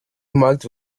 marked